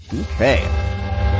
okay